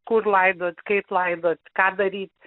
kur laidot kaip laidot ką daryt